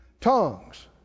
tongues